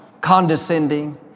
condescending